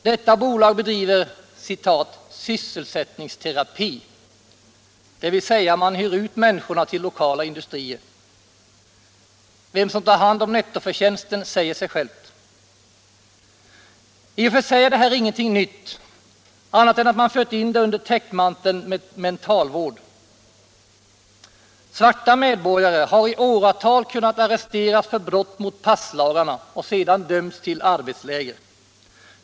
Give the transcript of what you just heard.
Detta bolag bedriver ”sysselsättningsterapi”, dvs. man hyr ut människorna till lokala industrier. Vem som tar hand om nettoförtjänsten säger sig självt. I och för sig är det här ingenting nytt, annat än att man fört in det under täckmanteln mentalvård. Svarta medborgare har i åratal kunnat ar resteras för brott mot passlagarna och sedan dömts till arbetsläger.